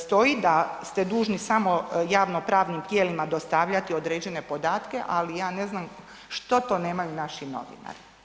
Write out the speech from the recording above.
Stoji da ste dužni samo javnopravnim tijelima dostavljati određene podatke, ali ja ne znam što to nemaju naši novinari.